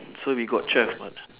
so we got twelve or not